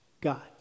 God